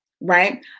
Right